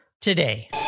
today